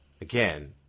again